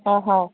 ಹಾಂ ಹಾಂ